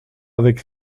avec